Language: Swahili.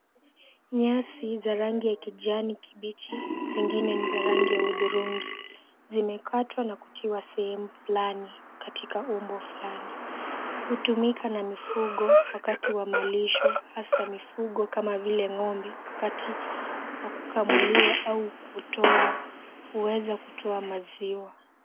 Nyasi za rangi ya kijani kibichi, zingine ni za rangi ya hudhurungi, zimekatwa na kutiwa sehemu fulani, katika umbo fulani, hutumika na mifugo, wakati wa maalisho, haswa mifugo kama vile ng'ombe, wakati wa kukamuliwa au kuutoa, huweza kutoa maziwa.